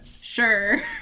Sure